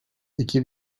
iki